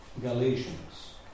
Galatians